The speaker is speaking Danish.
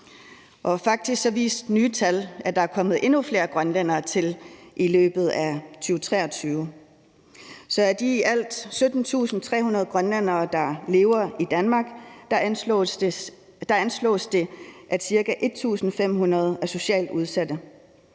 Og faktisk viste nye tal, at der er kommet endnu flere grønlændere til i løbet af 2023. Så af de i alt 17.300 grønlændere, der lever i Danmark, anslås det, at ca. 1500 er socialt udsatte.